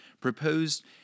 proposed